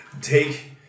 Take